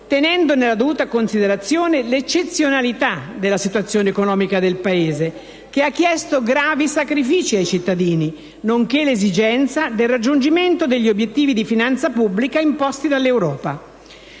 tenendo nella dovuta considerazione l'eccezionalità della situazione economica del Paese, che ha chiesto gravi sacrifici ai cittadini, nonché l'esigenza del raggiungimento degli obiettivi di finanza pubblica imposti dall'Europa.